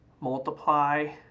multiply